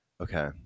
Okay